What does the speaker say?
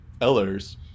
Ellers